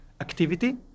activity